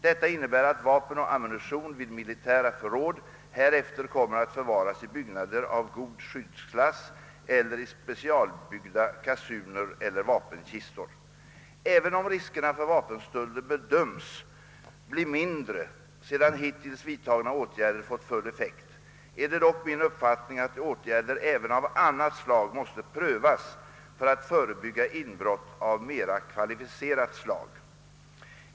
Detta innebär att vapen och ammunition vid militära förråd härefter kommer att förvaras i byggnader av god skyddsklass eller i specialbyggda kasuner eller vapenkistor. Även om riskerna för vapenstölder bedöms bli mindre sedan hittills vidtagna åtgärder fått full effekt, är det dock min uppfattning att också åtgärder av annan typ måste prövas för atl förebygga inbrott av mera kvalificerat slag.